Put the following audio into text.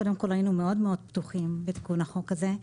קודם כול היינו מאוד מאוד פתוחים בתיקון החוק הזה,